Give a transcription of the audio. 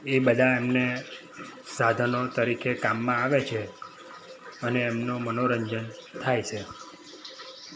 એ બધા એમને સાધનો તરીકે કામમાં આવે છે અને એમનું મનોરંજન થાય છે